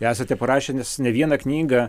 gi esate parašinęs ne vieną knygą